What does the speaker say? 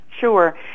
Sure